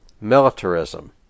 militarism